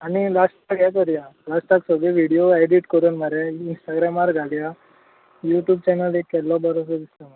आनी लास्टाक हे करयां लास्टाक सगळे विडीयो एडीट करून मरे इनस्टग्रामार घालया आनी युटुब केल्लो बरोसो दिसता